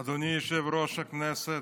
אדוני יושב-ראש הכנסת,